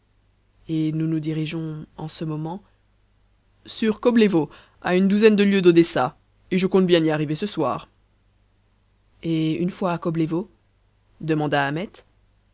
et nous nous dirigeons en ce moment sur koblewo à une douzaine de lieues d'odessa et je compte bien y arriver ce soir et une fois à koblewo demanda